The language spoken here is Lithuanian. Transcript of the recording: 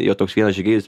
jo toks vienas žygeivis